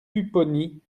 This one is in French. pupponi